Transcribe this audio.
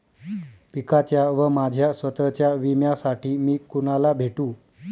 पिकाच्या व माझ्या स्वत:च्या विम्यासाठी मी कुणाला भेटू?